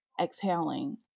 exhaling